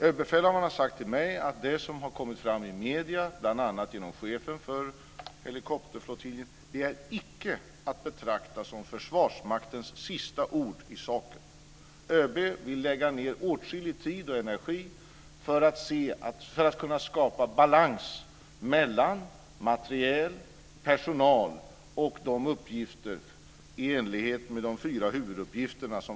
Överbefälhavaren har sagt till mig att det som har kommit fram i medierna, bl.a. genom chefen för helikopterflottiljen, icke är att betrakta som Försvarsmaktens sista ord i saken. ÖB vill lägga ned åtskillig tid och energi för att kunna skapa balans mellan materiel och personal och de uppgifter som Försvarsmakten ska ha i enlighet med de fyra huvuduppgifterna.